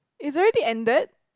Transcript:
it's already ended